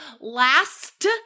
last –